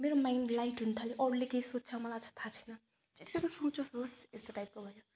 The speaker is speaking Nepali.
मेरो माइन्ड लाइट हुनु थाल्यो अरूले के सोच्छ मलाई चाहिँ थाहा छैन जे सुकै फ्युचर होस् यस्तो टाइपको भयो